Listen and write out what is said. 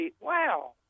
wow